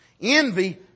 Envy